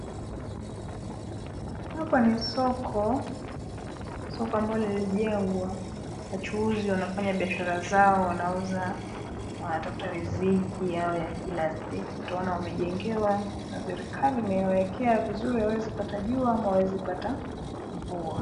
Hapa ni soko ,soko ambalo lilijengwa wachuuzi wanafanya biashara zao wanauza, wanatafuta riziki yao ya kila siku ,utaona wamejengewa na serikali imewawekea vizuri hawaezi pata jua ama hawawezi pata mvua.